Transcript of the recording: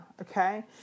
Okay